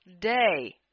day